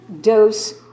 dose